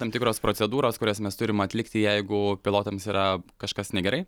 tam tikros procedūros kurias mes turim atlikti jeigu pilotams yra kažkas negerai